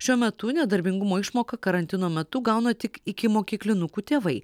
šiuo metu nedarbingumo išmoką karantino metu gauna tik ikimokyklinukų tėvai